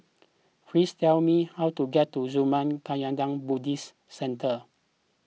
please tell me how to get to Zurmang Kagyud Buddhist Centre